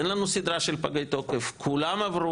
אין לנו סדרה של פגי תוקף וכולם עברו.